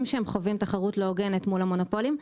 שהם חווים תחרות לא הוגנת מול המונופולים.